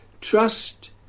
Trust